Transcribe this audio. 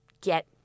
get